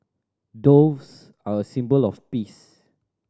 doves are a symbol of peace